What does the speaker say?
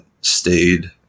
stayed